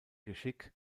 geschick